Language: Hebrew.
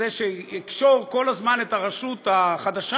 כדי שזה יקשור כל הזמן את הרשות החדשה,